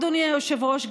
אדוני היושב-ראש,